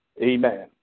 Amen